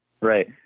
Right